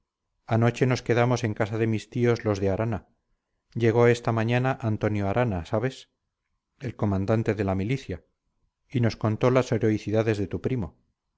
anoche nos quedamos en casa de mis tíos los de arana llegó esta mañana antonio arana sabes el comandante de la milicia y nos contó las heroicidades de tu primo